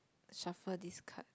shuffle this card